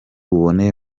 buboneye